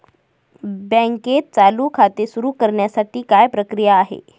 बँकेत चालू खाते सुरु करण्यासाठी काय प्रक्रिया आहे?